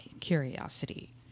Curiosity